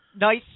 Nice